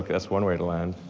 that's one way to land.